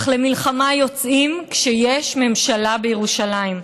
אך למלחמה יוצאים כשיש ממשלה בירושלים.